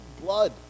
blood